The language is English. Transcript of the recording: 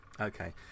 Okay